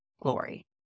glory